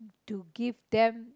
to give them